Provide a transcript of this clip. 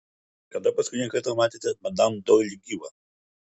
kada paskutinį kartą matėte madam doili gyvą